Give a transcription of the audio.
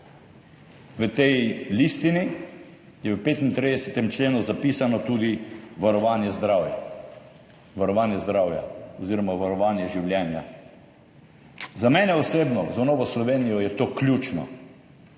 v tej listini je v 35. členu zapisano tudi varovanje zdravja, varovanje zdravja oziroma varovanje življenja. Za mene osebno, za Novo Slovenijo je to ključno.